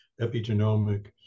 epigenomic